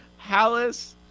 Hallis